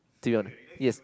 to be hon~ yes